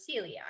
celiac